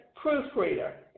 proofreader